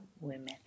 women